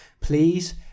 please